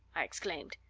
i exclaimed.